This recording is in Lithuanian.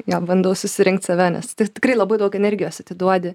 jo bandau susirinkt save nes tikrai labai daug energijos atiduodi